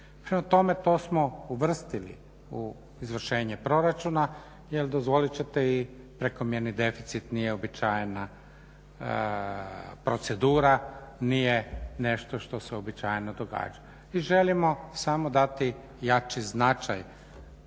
Prema tome, to smo uvrstili u izvršenje proračuna jer dozvolit ćete i prekomjerni deficit nije uobičajena procedura, nije nešto što se uobičajeno događa. I želimo samo dati jači značaj